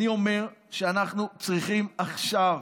אני אומר שאנחנו צריכים עכשיו,